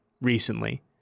recently